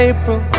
April